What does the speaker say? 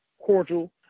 cordial